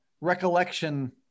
recollection